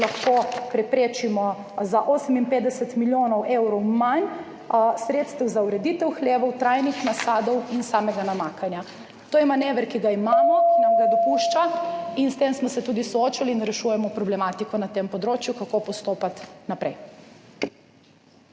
lahko preprečimo za 58 milijonov evrov manj sredstev za ureditev hlevov, trajnih nasadov in samega namakanja. To je manever, ki ga imamo, ki nam ga dopušča in s tem smo se tudi soočili in rešujemo problematiko na tem področju, kako postopati naprej.